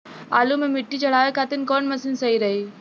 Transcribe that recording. आलू मे मिट्टी चढ़ावे खातिन कवन मशीन सही रही?